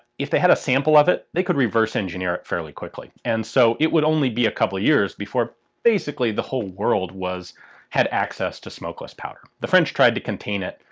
if they had a sample of it they could reverse-engineer it fairly quickly. and so it would only be a couple years before basically the whole world. had access to smokeless powder. the french tried to contain it,